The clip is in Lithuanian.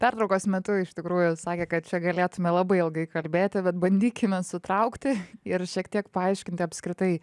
pertraukos metu iš tikrųjų sakė kad čia galėtume labai ilgai kalbėti bet bandykime sutraukti ir šiek tiek paaiškinti apskritai